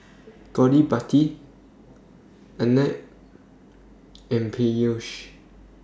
Gottipati Arnab and Peyush